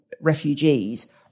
refugees